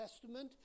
Testament